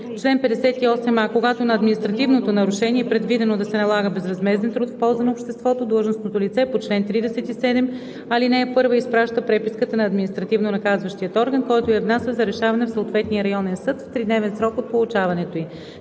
„Чл. 58а. Когато за административното нарушение е предвидено да се налага безвъзмезден труд в полза на обществото, длъжностното лице по чл. 37, ал. 1 изпраща преписката на административнонаказващия орган, който я внася за решаване в съответния районен съд в тридневен срок от получаването ѝ.